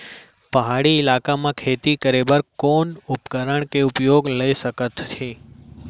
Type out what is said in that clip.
पहाड़ी इलाका म खेती करें बर कोन उपकरण के उपयोग ल सकथे?